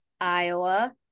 iowa